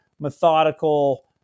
methodical